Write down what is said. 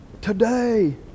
Today